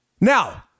Now